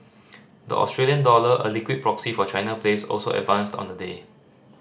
the Australia dollar a liquid proxy for China plays also advanced on the day